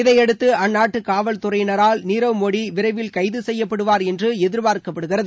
இதையடுத்து அந்நாட்டு காவல்துறையினரால் நீரவ் மோடி விரைவில் கைது செயப்படுவாா என்று எதிர்பார்க்கப்படுகிறது